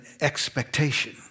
expectation